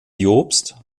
jobst